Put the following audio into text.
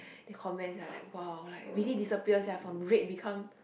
they comment sia like !wow! like really disappear sia from red become